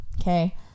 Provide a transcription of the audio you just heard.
okay